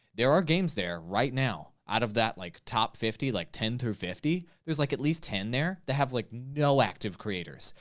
there are games there right now, out of that like, top fifty, like ten through fifty. there's like at least ten there that have like no active creators,